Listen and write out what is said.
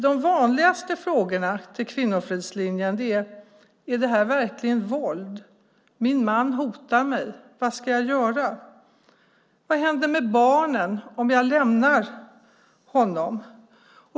De vanligaste frågorna till kvinnofridslinjen är: Är det här verkligen våld? Min man hotar mig - vad ska jag göra? Vad händer med barnen om jag lämnar honom?